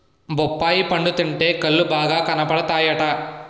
బొప్పాయి పండు తింటే కళ్ళు బాగా కనబడతాయట